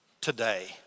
today